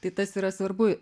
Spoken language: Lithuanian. tai tas yra svarbu